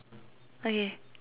okay